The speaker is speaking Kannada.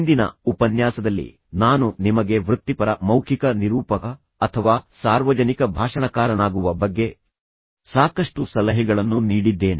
ಹಿಂದಿನ ಉಪನ್ಯಾಸದಲ್ಲಿ ನಾನು ನಿಮಗೆ ವೃತ್ತಿಪರ ಮೌಖಿಕ ನಿರೂಪಕ ಅಥವಾ ಸಾರ್ವಜನಿಕ ಭಾಷಣಕಾರನಾಗುವ ಬಗ್ಗೆ ಸಾಕಷ್ಟು ಸಲಹೆಗಳನ್ನು ನೀಡಿದ್ದೇನೆ